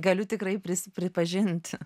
galiu tikrai prisi prisipažinti